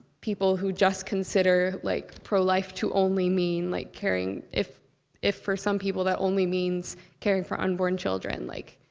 people who just consider like pro-life to only mean, like, caring. if if for some people, that only means means caring for unborn children, like,